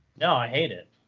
no, i hate it.